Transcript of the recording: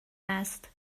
است